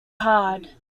hard